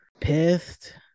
pissed